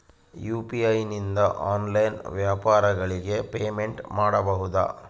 UPI ನಿಂದ online ವ್ಯಾಪಾರಗಳಿಗೆ payment ಮಾಡಬಹುದಾ?